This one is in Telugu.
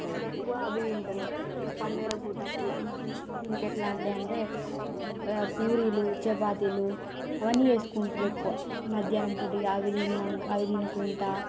ఇట్లా ఎక్కువ అవి తింటారు పండగల పూట అప్పుడు ఇంకా ఎట్లా ఉంటాయి అంటే పూరీలు చపాతీలు అవన్నీ చేసుకుంటారు ఎక్కువ మధ్యాహ్నం పూట ఇక అవి తిన్నాక అవి తినుకుంటూ